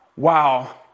Wow